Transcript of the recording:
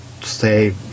stay